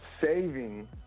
saving